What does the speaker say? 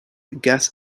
guest